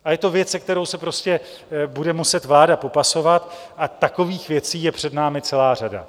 A je to věc, se kterou se prostě bude muset vláda popasovat, a takových věcí je před námi celá řada.